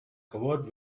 covered